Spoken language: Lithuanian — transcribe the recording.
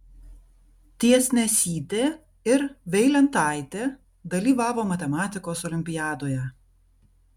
tiesnesytė ir veilentaitė dalyvavo matematikos olimpiadoje